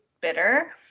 bitter